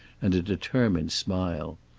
and a determined smile.